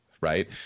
Right